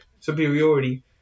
superiority